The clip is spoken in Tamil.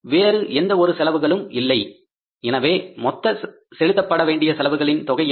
வேறு எந்த ஒரு செலவுகளும் இல்லை எனவே மொத்த செலுத்தப்பட வேண்டிய செலவுகளின் தொகை எவ்வளவு